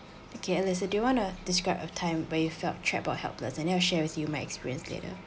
okay elisa do you want to describe a time where you felt trapped or helpless and then I'll share with you my experience later